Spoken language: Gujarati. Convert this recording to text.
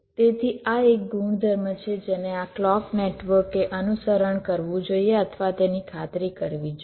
તેથી આ એક ગુણધર્મ છે જેને આ કલોક નેટવર્ક એ અનુસરણ કરવું જોઈએ અથવા તેની ખાતરી કરવી જોઈએ